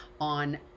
on